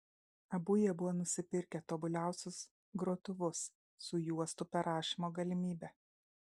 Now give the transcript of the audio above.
abu jie buvo nusipirkę tobuliausius grotuvus su juostų perrašymo galimybe